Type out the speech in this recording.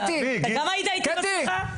היית איתי בשיחה?